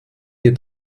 dir